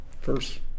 First